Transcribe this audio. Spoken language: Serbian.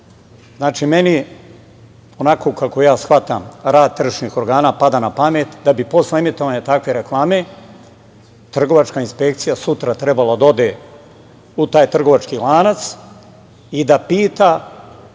Znači, meni onako, kako ja shvatam rad tržišnih organa pada na pamet, da bi posle emitovanja takve reklame trgovačka inspekcija sutra trebalo da ode u taj trgovački lanac i da pita